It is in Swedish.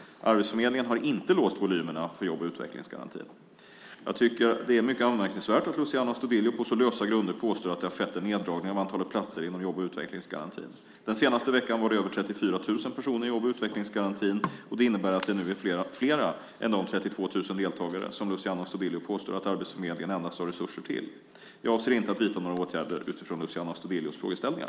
Arbetsförmedlingen har inte låst volymerna för jobb och utvecklingsgarantin. Jag tycker det är mycket anmärkningsvärt att Luciano Astudillo på så lösa grunder påstår att det har skett en neddragning av antalet platser inom jobb och utvecklingsgarantin. Den senaste veckan var det över 34 000 personer i jobb och utvecklingsgarantin. Det innebär att det nu är flera än de 32 000 deltagare som Luciano Astudillo påstår att Arbetsförmedlingen endast har resurser till. Jag avser inte att vidta några åtgärder utifrån Luciano Astudillos frågeställningar.